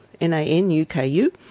N-A-N-U-K-U